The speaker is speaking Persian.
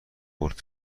برد